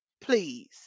Please